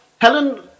helen